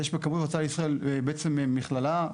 יש בישראל בעצם מכללה,